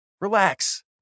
Relax